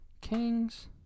Kings